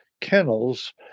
kennels